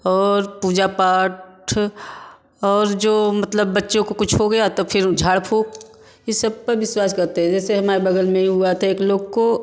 और पूजा पाठ और जो मतलब बच्चों को कुछ हो गया तो फिर झाड़ फूँक इस सब पर विश्वास करते हैं जैसे हमारे बग़ल में ही हुआ था एक लोग को